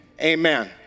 amen